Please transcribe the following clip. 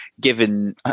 given